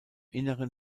inneren